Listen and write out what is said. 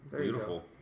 Beautiful